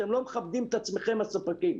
אתם לא מכבדים את עצמכם, הספקים.